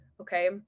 okay